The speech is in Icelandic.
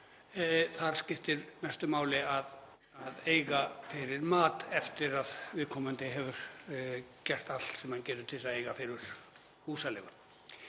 þá skiptir mestu máli að eiga fyrir mat eftir að viðkomandi hefur gert allt sem hann getur til þess að eiga fyrir húsaleigu.